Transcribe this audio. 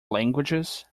languages